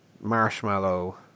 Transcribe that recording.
marshmallow